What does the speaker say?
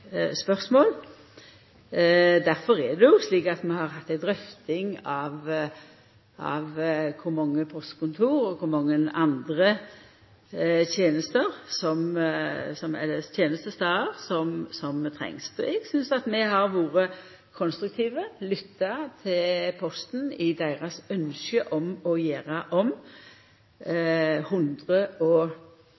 spørsmål. Difor er det slik at vi har hatt ei drøfting av kor mange postkontor og kor mange andre tenestestader som trengst. Eg synest at vi har vore konstruktive, lytta til Posten i deira ynske om å gjera om